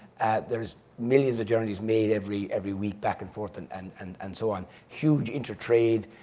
and there is millions of journeys made every every week, back and forth and and and and so on. huge inter-trade,